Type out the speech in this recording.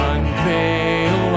Unveil